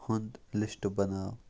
ہُنٛد لِسٹہٕ بناو